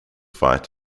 fight